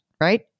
right